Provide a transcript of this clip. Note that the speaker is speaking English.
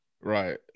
Right